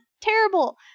terrible